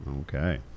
Okay